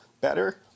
better